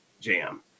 jam